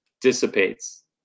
dissipates